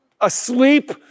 asleep